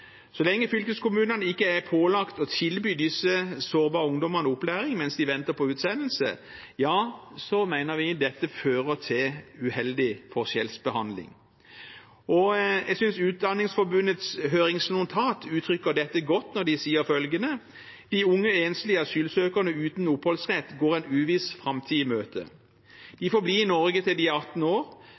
Så lenge fylkeskommunene ikke er pålagt å tilby disse sårbare ungdommene opplæring mens de venter på utsendelse, mener vi dette fører til uheldig forskjellsbehandling. Jeg synes Utdanningsforbundets høringsnotat uttrykker dette godt, når de sier følgende: «De unge enslige asylsøkerne uten oppholdsrett går en uviss framtid i møte. De får bli i Norge til de er 18 år,